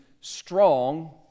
strong